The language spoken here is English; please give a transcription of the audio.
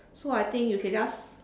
so I think you can just